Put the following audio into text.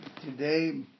Today